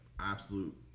absolute